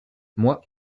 moi